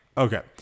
Okay